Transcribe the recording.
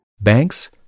banks